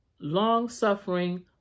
long-suffering